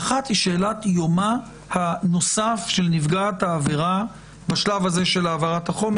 האחת היא יומה הנוסף של נפגעת העבירה בשלב הזה של העברת החומר,